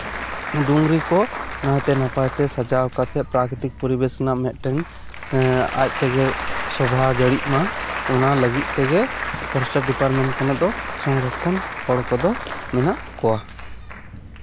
ᱰᱩᱝᱨᱤ ᱠᱚ ᱱᱟᱭᱛᱮ ᱱᱟᱯᱟᱭᱛᱮ ᱥᱟᱡᱟᱣ ᱠᱟᱛᱮᱜ ᱯᱨᱟᱠᱤᱨᱛᱤᱠ ᱯᱚᱨᱤᱵᱮᱥ ᱨᱮᱱᱟᱜ ᱢᱤᱫᱴᱮᱱ ᱟᱡ ᱛᱮᱜᱮ ᱥᱳᱵᱷᱟ ᱡᱟᱹᱲᱤᱜ ᱢᱟ ᱚᱱᱟ ᱞᱟᱹᱜᱤᱫ ᱛᱮᱜᱮ ᱯᱷᱚᱨᱮᱥᱴᱟᱨ ᱰᱤᱯᱟᱨᱢᱮᱱᱴ ᱠᱷᱚᱱᱟᱜ ᱫᱚ ᱥᱚᱝᱨᱚᱠᱷᱚᱱ ᱦᱚᱲ ᱠᱚᱫᱚ ᱦᱮᱱᱟᱜ ᱠᱚᱣᱟ